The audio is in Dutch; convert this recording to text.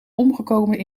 omgekomen